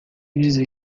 dizer